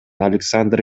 александр